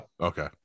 Okay